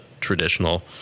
traditional